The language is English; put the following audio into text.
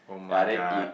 ya then it